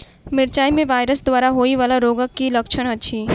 मिरचाई मे वायरस द्वारा होइ वला रोगक की लक्षण अछि?